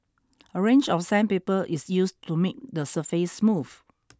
a range of sandpaper is used to make the surface smooth